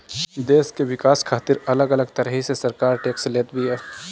देस के विकास खातिर अलग अलग तरही से सरकार टेक्स लेत बिया